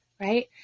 right